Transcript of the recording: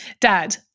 Dad